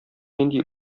нинди